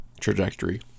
trajectory